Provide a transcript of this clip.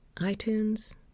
itunes